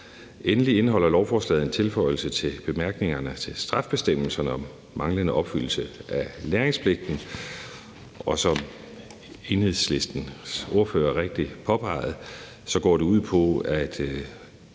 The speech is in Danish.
Endelig indeholder lovforslaget en tilføjelse til bemærkningerne til straffebestemmelserne om manglende opfyldelse af lagringspligten. Som Enhedslistens ordfører rigtigt påpegede, går det ud på at